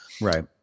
Right